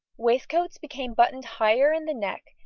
waistcoats became buttoned higher in the neck,